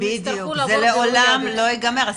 הם יצטרכו להוכיח בדיוק זה לעולם לא יגמר,